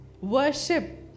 worship